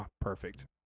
perfect